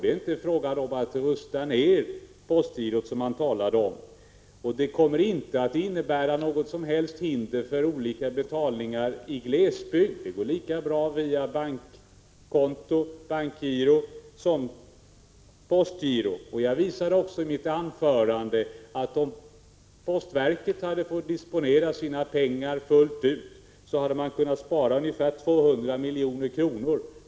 Det är inte fråga om att rusta ner postgirot, som han talade om, och det kommer inte att innebära något som helst hinder för olika betalningar i glesbygd — de går lika bra via bankkonto eller bankgiro som via postgiro. Jag visade också i mitt anförande, att om postverket hade fått disponera sina pengar fullt ut, hade man kunnat spara ungefär 200 milj.kr.